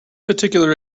particular